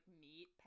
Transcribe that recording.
meat